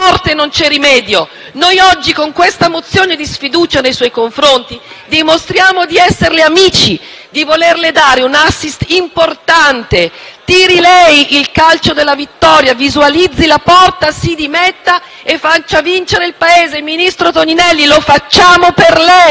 Noi oggi con la mozione di sfiducia nei suoi confronti dimostriamo di esserle amici, di volerle dare un *assist* importante. Tiri lei il calcio della vittoria; visualizzi la porta, si dimetta e faccia vincere il Paese. Ministro Toninelli, lo facciamo per lei.